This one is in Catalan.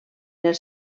els